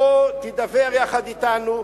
בוא תידבר יחד אתנו,